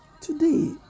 Today